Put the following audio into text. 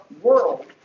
world